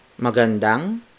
magandang